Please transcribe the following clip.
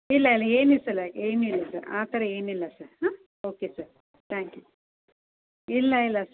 ಇಲ್ಲ ಇಲ್ಲ ಏನು ಸರ್ ಇಲ್ಲ ಏನಿಲ್ಲ ಸರ್ ಆ ಥರ ಏನಿಲ್ಲ ಸರ್ ಹಾಂ ಓಕೆ ಸರ್ ತ್ಯಾಂಕ್ ಯು ಇಲ್ಲ ಇಲ್ಲ ಸರ್